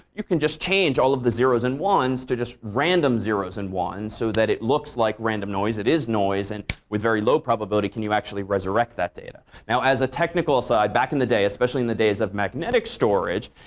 you can just change all of the zeros and ones to just random zeros and ones so that it looks like random noise. it is noise and with very low probability can you actually resurrect that data. now, as a technical aside, back in the day, especially in the days of magnetic storage,